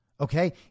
Okay